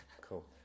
Cool